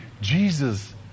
Jesus